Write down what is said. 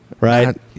right